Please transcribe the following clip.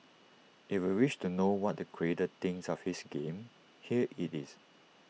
if you wish to know what the creator thinks of his game here IT is